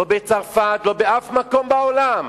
לא בצרפת, לא באף מקום בעולם,